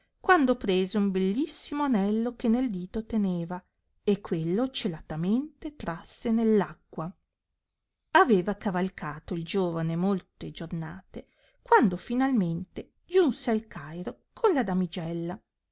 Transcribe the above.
quando prese un bellissimo anello che nel dito teneva e quello celatamente trasse nell acqua aveva cavalcato il giovane molte giornate quando finalmente giunse al cairo con la damigella